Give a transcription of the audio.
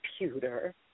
computer